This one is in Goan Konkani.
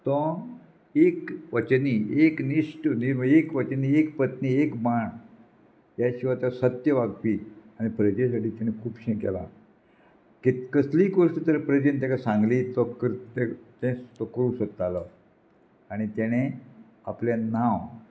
तो एक वचनी एक निश्ट निर्म एक वचनी एक पत्नी एक माण ह्या शिवाय सत्य वागपी आनी प्रजेश तेणें खुबशें केलां कसलीय कोश्ट तर प्रजन तेका सांगली तो कर तें तो करूं शकतालो आनी तेणें आपलें नांव